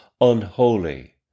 unholy